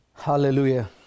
Hallelujah